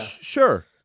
sure